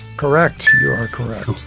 correct. you are correct.